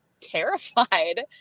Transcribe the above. terrified